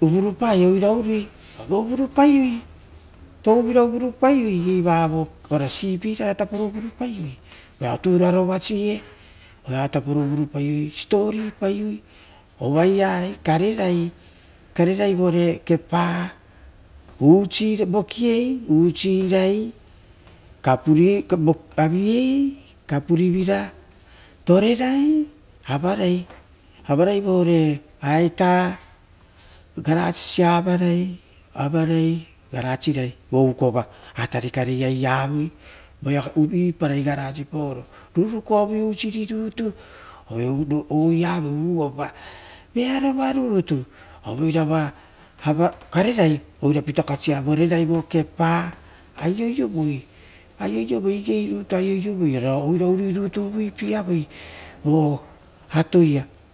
uvunu pai oira umi, touvina uvuru pai oi i gei vavo ora reipairara tupo uvuru parei, voeao tururovase oeatapo uuvuru paiei siposipo paoro, uvuru paiei ovaieaia karerai. Karerai vore kepa, vokiei usirai. Aviei kapurivira torerai, avarai vore aita rupusa avaria, avarai varuere toare rapuavoi vo ukora, urava atari kare iaiavoi, iparai garasipaoro rurukuavoi oisiri rutu, oiavoi unnova vearova nitu oira oirava karerai ova pitokasiavo kepa. Aioiovoi aioioivoi igei nitu aioiovoi, oira uruinitu uvuipieavoi vo atoia.